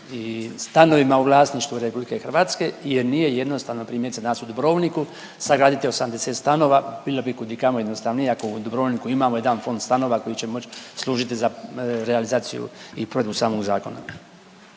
i stanovima u vlasništvu RH jer nije jednostavno primjerice danas u Dubrovniku sagraditi 80 stanova, bilo bi kud i kamo jednostavnije ako u Dubrovniku imamo jedan fond stanova koji će moći služiti za realizaciju i provedbu samog zakona.